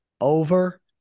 over